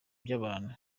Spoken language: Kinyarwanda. by’abantu